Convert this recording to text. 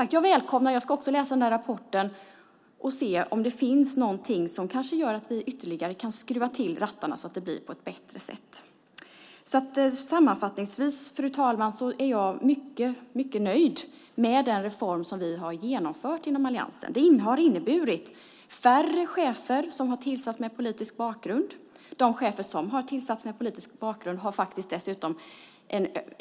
Jag ska också läsa rapporten och se om det finns något som gör att vi ytterligare kan skruva till rattarna så att det blir på ett bättre sätt. Sammanfattningsvis, fru talman, är jag mycket nöjd med den reform som vi har genomfört inom alliansen. Det har inneburit färre chefer som har tillsatts med politisk bakgrund. Bland de chefer som har tillsatts med politisk bakgrund har dessutom